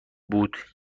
بود